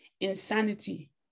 insanity